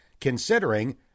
considering